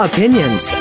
Opinions